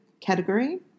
category